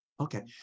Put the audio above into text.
Okay